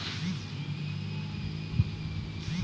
জমির উর্বরতা বাড়াইতে কি সার বিঘা প্রতি কি পরিমাণে দিবার লাগবে?